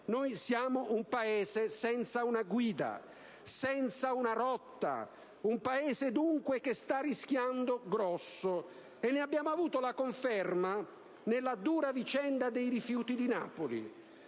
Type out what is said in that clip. noi siamo un Paese senza una guida, senza una rotta. Un Paese dunque che sta rischiando grosso, e ne abbiamo avuta la conferma nella dura vicenda dei rifiuti di Napoli,